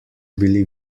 bili